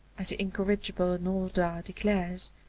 as the incorrigible nordau declares,